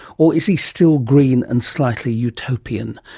or is he still green and slightly utopian?